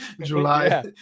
july